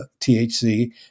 THC